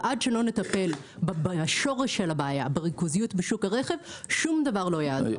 ועד שלא נטפל בשורש של הבעיה בריכוזיות בשוק הרכב שום דבר לא יעזור.